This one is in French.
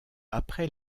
après